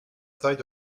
taille